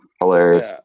Hilarious